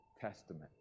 Testament